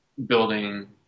Building